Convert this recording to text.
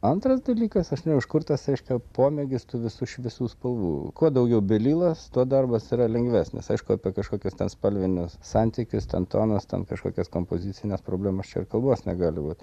antras dalykas aš nežinau iš kur tas reiškia pomėgis tų visų šviesių spalvų kuo daugiau belilas tuo darbas yra lengvesnis aišku apie kažkokius ten spalvinius santykius ten tonus ten kažkokias kompozicines problemas čia ir kalbos negali būt